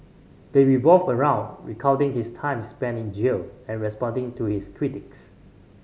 they revolve around recounting his time spent in jail and responding to his critics